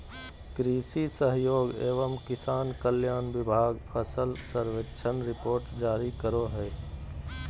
कृषि सहयोग एवं किसान कल्याण विभाग फसल सर्वेक्षण रिपोर्ट जारी करो हय